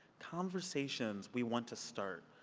conversations we want to start.